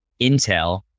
Intel